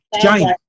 Jane